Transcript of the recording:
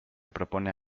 propone